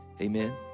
Amen